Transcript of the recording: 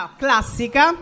classica